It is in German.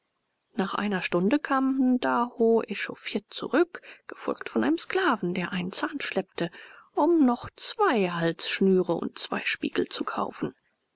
nach einer stunde kam ndaho echauffiert zurück gefolgt von einem sklaven der einen zahn schleppte um noch zwei halsschnüre und zwei spiegel zu kaufen